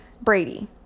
Brady